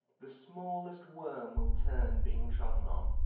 the smallest worme will turne, being troden on,